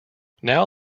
now